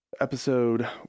Episode